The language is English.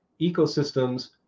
Ecosystems